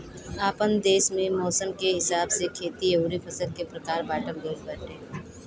आपन देस में मौसम के हिसाब से खेती अउरी फसल के प्रकार बाँटल गइल बाटे